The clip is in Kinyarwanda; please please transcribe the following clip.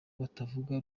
batavuga